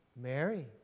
Mary